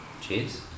cheers